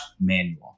manual